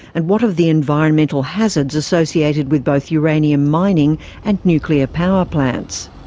and what of the environmental hazards associated with both uranium mining and nuclear power plants?